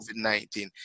COVID-19